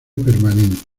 permanente